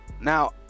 now